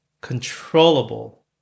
controllable